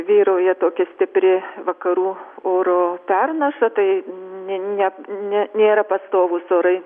vyrauja tokia stipri vakarų oro pernaša tai ne ne ne nėra pastovūs orai